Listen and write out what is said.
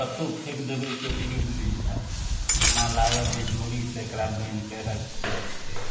कतौ फेक देबै तऽ उरि नहि जाए जेना लागत जे डोरी से एकरा बान्हिके रखने छै